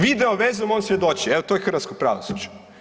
Video vezom on svjedoči, evo to je hrvatsko pravosuđe.